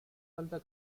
alta